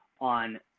on